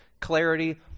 clarity